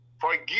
forgive